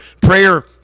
prayer